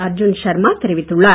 அர்ஜுன் ஷர்மா தெரிவித்துள்ளார்